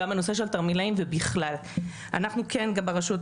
גם בנושא